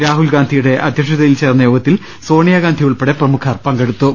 രാഹുൽ ഗാന്ധിയുടെ അധ്യക്ഷതയിൽ ചേർന്ന യോഗത്തിൽ സോണിയാഗാന്ധിയുൾപ്പെടെ പ്രമുഖർ പങ്കെ ടുത്തു